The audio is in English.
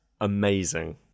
amazing